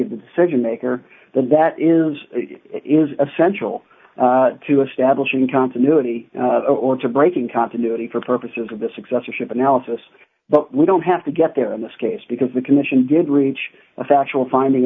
of the decision maker that is is essential to establishing continuity or to breaking continuity for purposes of the successorship analysis but we don't have to get there in this case because the commission did reach a factual finding